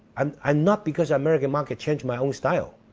and and not because american market change my whole style.